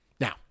Now